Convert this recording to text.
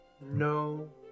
no